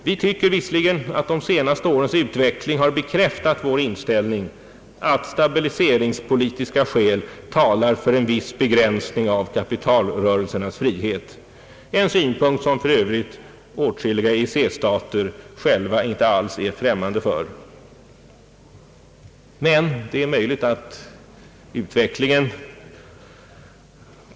Vi anser att de senaste årens utveckling har bekräftat vår inställning att stabiliseringspolitiska skäl talar för en viss begränsning av kapitalrörelsernas frihet, en synpunkt som vissa EEC-stater ingalunda själva är främmande för. Det är möjligt att utvecklingen .